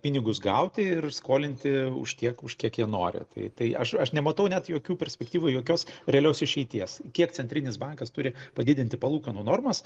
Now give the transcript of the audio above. pinigus gauti ir skolinti už tiek už kiek jie nori tai tai aš aš nematau net jokių perspektyvų jokios realios išeities kiek centrinis bankas turi padidinti palūkanų normas